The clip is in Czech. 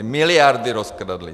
Miliardy rozkradli.